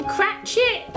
Cratchit